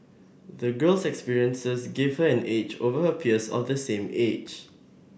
the girl's experiences gave her an edge over her peers of the same age